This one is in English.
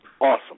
Awesome